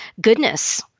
goodness